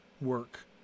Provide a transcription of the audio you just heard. work